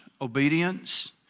obedience